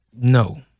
no